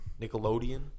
Nickelodeon